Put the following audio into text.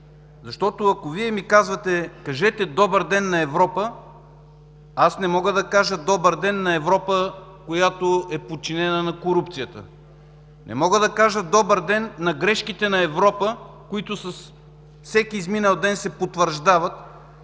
Защото ако Вие ми казвате: „Кажете „Добър ден” на Европа”, аз не мога да кажа „Добър ден” на Европа, която е подчинена на корупцията. Не мога да кажа „Добър ден” на грешките на Европа, които с всеки изминал ден се потвърждават